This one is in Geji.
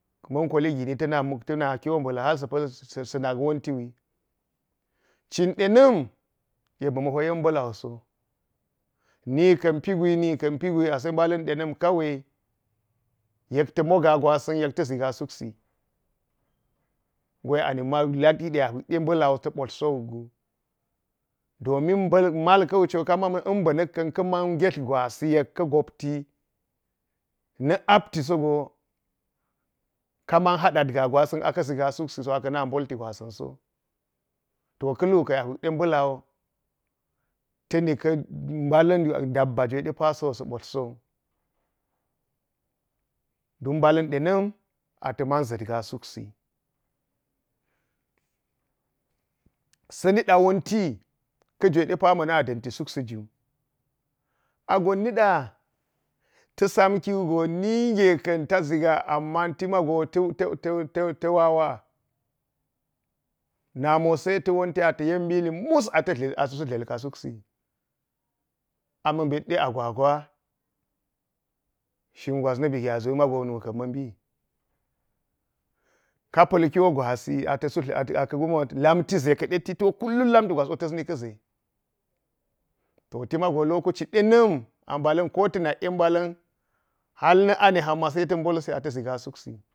Ma̱n koli gini ta̱ naa kyo mba̱la̱ haal sapal sanak wonti zoi, cin dena̱n yek ba̱ mạ po yen mba̱la wu soi nikau pigwi-nika̱n pigwi ase mbala̱n dena̱m kawai yek da̱ mo gaa gwasa̱n yek ta ziga suksi, gwe anakma la de yek a lowik de mbalawo sa̱ mbotl sowi azi domin mal kawu co, de ba̱ nakka̱n ka̱na̱n nget gwasi yek ka̱ gopti na̱ apti so go kaman hadad ga gwasa̱n so aka̱ gopsi aka̱ naa mbolti gwasa̱n so. To kalu ka̱n a hwikde mba̱ a wo ta̱na̱ ka dabba jwe ba̱ sa̱ botl sowui don mbəan dena̱m ata̱ ma̱n ʒit ga suksi. Sa̱ niɗa wonti ka̱ jwe de pa ma̱ naa da̱nti suksi ju. A gon nida ta sam ki wugo nige ka̱n ta ʒiga, ama tima go ta-ta- wawa- naamo se ta̱ wonti a yen mili a mus ata sai dla̱lka suksi. Ama mbet ɗe ngwagwa shin gwas na̱bi gya ʒi maago nu kan ma̱bi. Kan pa̱l kyo gwasi atasa̱ ka̱ kumi wo ilgwe ɗe ko gaasi ta̱ ata̱ su lamti ʒa ka̱ de gwasi to ko gaasi ta̱s ni ka̱ ze lokaci dena̱m a mbala̱n kota̱ nak’em mbala̱n hwal na̱ ane mago se ta mbot si ata̱ ʒiga suksi.